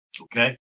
Okay